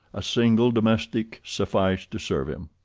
a single domestic sufficed to serve him.